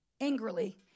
angrily